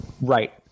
Right